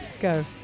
go